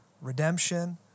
redemption